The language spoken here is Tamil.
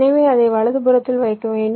எனவே அதை வலதுபுறத்தில் வைக்க வேண்டும்